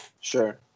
Sure